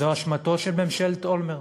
זו אשמתה של ממשלת אולמרט.